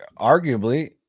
arguably